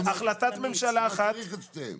למה צריך את שניהם?